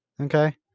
Okay